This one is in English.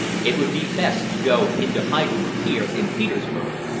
it would be best to go into hiding here in petersburg.